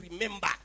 remember